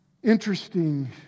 Interesting